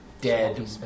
dead